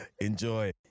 Enjoy